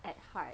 at heart